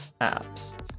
apps